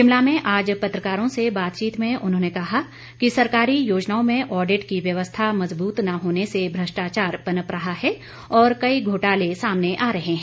शिमला में आज पत्रकारों से बातचीत में उन्होंने कहा कि सरकारी योजनाओं में ऑडिट की व्यवस्था मजबूत न होने से भ्रष्टाचार पनप रहा है और कई घोटाले सामने आ रहे हैं